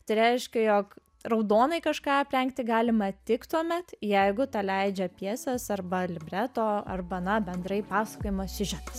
tai reiškia jog raudonai kažką aprengti galime tik tuomet jeigu tą leidžia pjesės arba libreto arba na bendrai pasakojimo siužetas